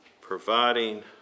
providing